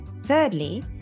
Thirdly